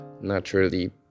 naturally